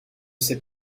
sait